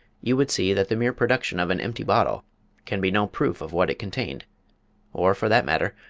you would see that the mere production of an empty bottle can be no proof of what it contained or, for that matter,